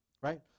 Right